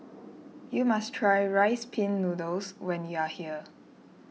you must try Rice Pin Noodles when you are here